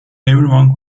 everyone